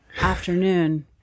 afternoon